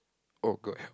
oh good